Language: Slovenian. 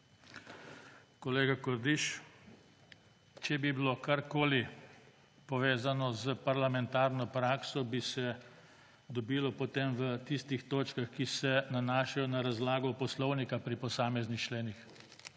Kolega Kordiš, če bi bilo karkoli povezano s parlamentarno prakso, bi se dobilo potem v tistih točkah, ki se nanašajo na razlago poslovnika pri posameznih členih.